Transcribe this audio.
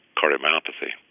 cardiomyopathy